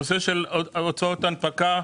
נושא של הוצאות הנפקה,